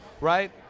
right